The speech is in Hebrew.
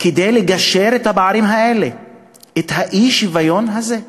כדי לגשר על הפערים האלה, על האי-שוויון הזה,